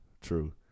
true